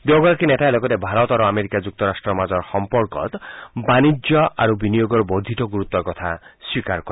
দুয়োগৰাকী নেতাই লগতে ভাৰত আৰু আমেৰিকা যুক্তৰাষ্ট্ৰ মাজৰ সম্পৰ্কত বাণিজ্য আৰু বিনিয়োগৰ বৰ্ধিত গুৰুত্বৰ কথা স্বীকাৰ কৰে